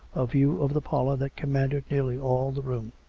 a view of the parlour that commanded nearly all the room.